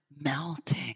melting